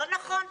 לא נכון.